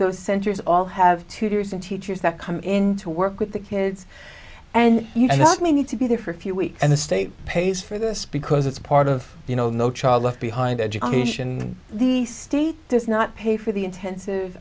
those centers all have tutors and teachers that come in to work with the kids and you just need to be there for a few weeks and the state pays for this because it's part of you know no child left behind education in the state does not pay for the intensive